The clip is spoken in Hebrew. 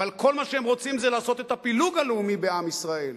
אבל כל מה שהם רוצים זה לעשות את הפילוג הלאומי בעם ישראל,